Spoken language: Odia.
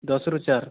ଦଶରୁ ଚାର